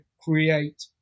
create